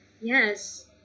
yes